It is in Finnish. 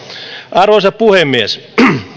arvoisa puhemies